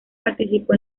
participó